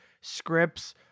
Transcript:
scripts